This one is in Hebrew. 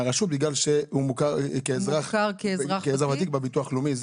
בגלל שהוא מוכר כאזרח ותיק בביטוח לאומי.